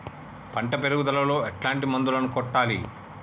పంట పెరుగుదలలో ఎట్లాంటి మందులను కొట్టాలి?